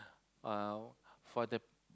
uh for the